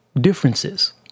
differences